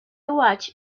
watched